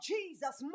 Jesus